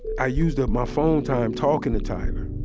i used up my phone time talking to tyler.